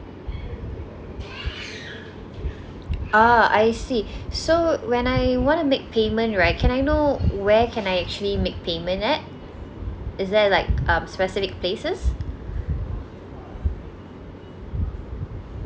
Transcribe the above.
uh I see so when I wanna make payment right can I know where can I actually make payment at is there like um specific places